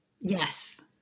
Yes